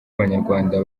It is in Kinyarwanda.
abanyarwanda